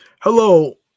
hello